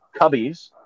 Cubbies